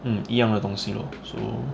一样的东西 lor so